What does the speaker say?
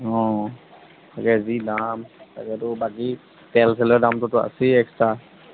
অঁ তাকে যি দাম তাকেতো বাকী তেল চেলৰ দামটোতো আছেই এক্সট্ৰা